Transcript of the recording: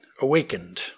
awakened